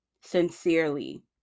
sincerely